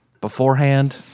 beforehand